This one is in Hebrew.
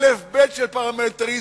אלף-בית של פרלמנטריזם.